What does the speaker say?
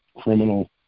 criminal